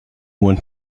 want